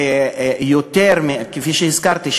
כפי שהזכרתי,